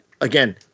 again